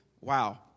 wow